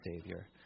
Savior